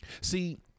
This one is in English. see